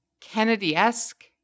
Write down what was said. Kennedy-esque